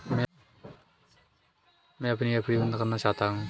मैं अपनी एफ.डी बंद करना चाहता हूँ